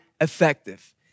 effective